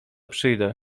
przyjdę